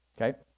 Okay